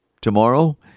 tomorrow